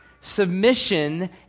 Submission